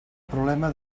problema